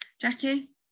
Jackie